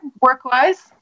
work-wise